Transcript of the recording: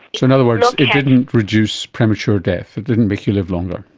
so in other words it didn't reduce premature death, it didn't make you live longer.